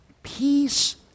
Peace